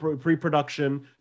pre-production